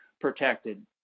protected